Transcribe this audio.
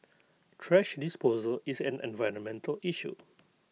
thrash disposal is an environmental issue